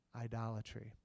idolatry